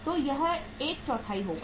तो यह 14 होगा